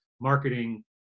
marketing